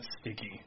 sticky